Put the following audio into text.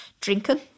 drinking